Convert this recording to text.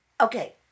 Okay